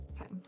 Okay